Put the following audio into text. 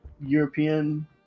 European